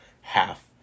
half